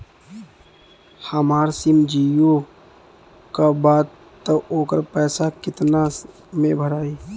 हमार सिम जीओ का बा त ओकर पैसा कितना मे भराई?